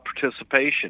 participation